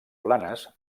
planes